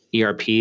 ERP